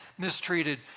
Mistreated